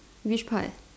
which part